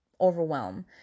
overwhelm